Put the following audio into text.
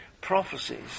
prophecies